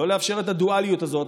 לא לאפשר את הדואליות הזאת.